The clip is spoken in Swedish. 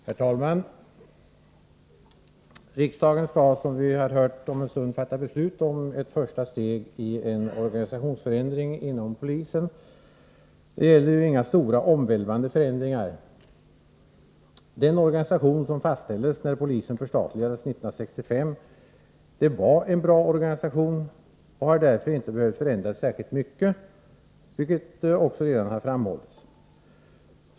Herr talman! Riksdagen skall, som vi har hört, om en stund fatta beslut om ettförstastegien organisationsförändringinom polisen. Det gäller dock inga stora, omvälvande förändringar. Den organisation som fastställdes när polisen förstatligades 1965 var en bra organisation. Den har därför inte behövt förändras särskilt mycket, vilket också redan har framhållits.